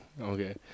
Okay